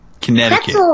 Connecticut